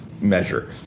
measure